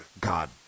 God